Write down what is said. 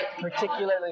particularly